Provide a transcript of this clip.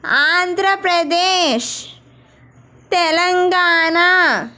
Andhra Pradesh Telangana